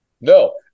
No